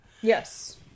Yes